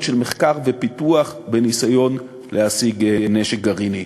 של מחקר ופיתוח בניסיון להשיג נשק גרעיני.